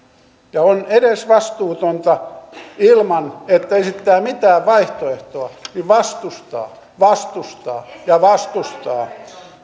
ja on edesvastuutonta ilman että esittää mitään vaihtoehtoa vastustaa vastustaa ja vastustaa